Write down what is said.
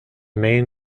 main